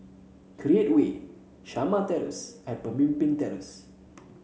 Create Way Shamah Terrace and Pemimpin Terrace